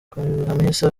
hamisa